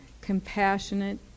compassionate